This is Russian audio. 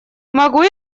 могу